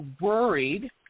worried